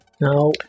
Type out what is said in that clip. Now